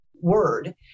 word